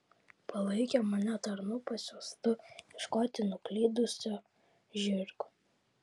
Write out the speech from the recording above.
palaikė mane tarnu pasiųstu ieškoti nuklydusio žirgo